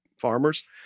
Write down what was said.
farmers